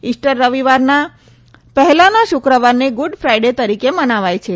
Easter રવિવારના પહેલાના શુક્રવારને ગુડ ફાઇડે તરીકે મનાવાય છે